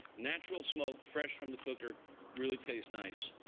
natural smoke fresh from the cooker really tastes nice.